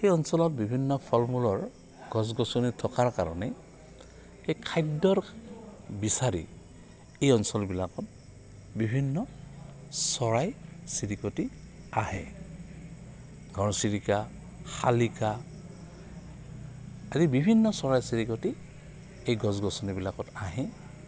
সেই অঞ্চলত বিভিন্ন ফল মূলৰ গছ গছনি থকাৰ কাৰণে এই খাদ্যৰ বিচাৰি এই অঞ্চলবিলাকত বিভিন্ন চৰাই চিৰিকটি আহে ঘৰ চিৰিকা শালিকা আদি বিভিন্ন চৰাই চিৰিকটি এই গছ গছনিবিলাকত আহে